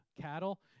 cattle